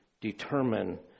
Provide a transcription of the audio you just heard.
determine